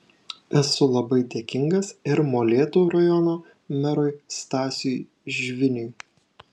esu labai dėkingas ir molėtų rajono merui stasiui žviniui